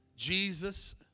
Jesus